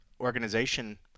organization